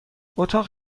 اتاق